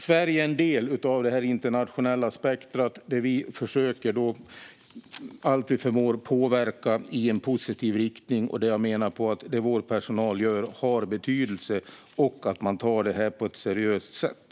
Sverige är en del av det internationella spektrumet. Vi försöker allt vi förmår att påverka i en positiv riktning. Jag menar att det vår personal gör har betydelse, och de utför arbetet på ett seriöst sätt.